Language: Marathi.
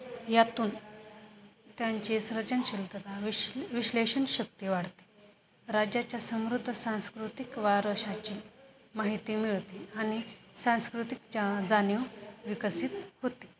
यातून त्यांची सर्जनशीलतता विश् विश्लेषण शक्ती वाढते राज्याच्या समृद्ध सांस्कृतिक वारशाची माहिती मिळते आणि सांस्कृतिक जा जाणीव विकसित होते